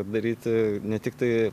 daryti ne tiktai